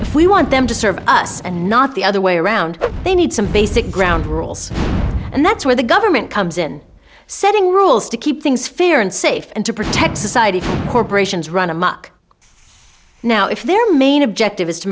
if we want them to serve us and not the other way around they need some basic ground rules and that's where the government comes in setting rules to keep things fair and safe and to protect society from corporations run amuck now if their main objective is to